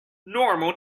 normal